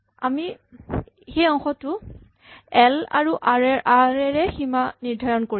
আমি সেই অংশটোৰ এল আৰু আৰ এৰে সীমা নিৰ্দ্ধাৰণ কৰিম